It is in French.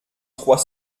trois